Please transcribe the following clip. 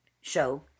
show